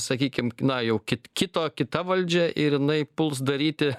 sakykim na jau kits kito kita valdžia ir jinai puls daryti